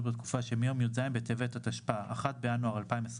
בתקופה שמיום י"ז בטבתהתשפ"א (1 בינואר 2021)